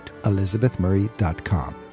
elizabethmurray.com